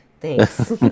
thanks